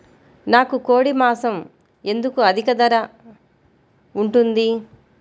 నాకు కోడి మాసం ఎందుకు అధిక ధర ఉంటుంది?